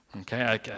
Okay